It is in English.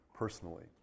Personally